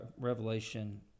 Revelation